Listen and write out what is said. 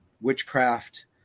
witchcraft